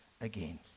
again